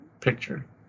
picture